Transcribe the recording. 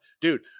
dude